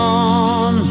on